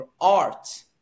art